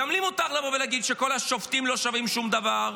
גם לי מותר לבוא ולהגיד שכל השופטים לא שווים שום דבר,